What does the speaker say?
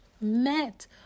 met